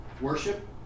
Worship